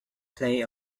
play